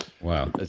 Wow